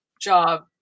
job